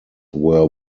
were